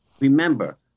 Remember